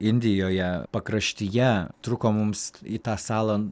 indijoje pakraštyje trūko mums į tą salą